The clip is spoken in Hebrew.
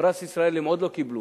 פרס ישראל הם עוד לא קיבלו,